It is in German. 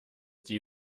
die